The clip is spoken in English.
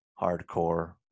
hardcore